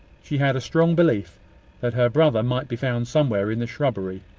she had a strong belief that her brother might be found somewhere in the shrubbery,